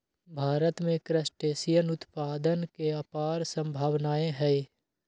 भारत में क्रस्टेशियन उत्पादन के अपार सम्भावनाएँ हई